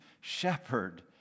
shepherd